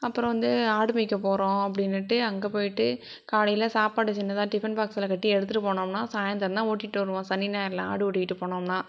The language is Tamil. அப்புறம் வந்து ஆடு மேய்க்க போறோம் அப்படின்னுட்டு அங்கே போயிட்டு காலையில் சாப்பாடு சின்னதாக டிஃபன் பாக்ஸில் கட்டி எடுத்துகிட்டு போனோம்னால் சாய்ந்திரந்தான் ஓட்டிகிட்டு வருவோம் சனி ஞாயிறில் ஆடு ஓட்டிகிட்டு போனோம்னால்